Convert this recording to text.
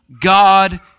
God